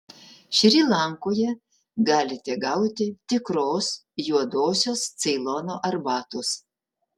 šri lankoje galite gauti tikros juodosios ceilono arbatos